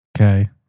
Okay